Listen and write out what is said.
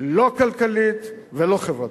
לא כלכלית ולא חברתית.